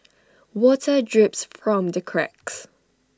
water drips from the cracks